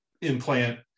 implant